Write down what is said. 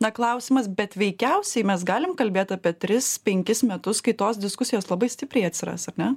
na klausimas bet veikiausiai mes galim kalbėt apie tris penkis metus kai tos diskusijos labai stipriai atsiras ar ne